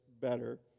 better